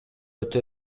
өтө